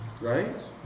Right